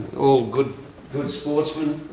all good sportsmen.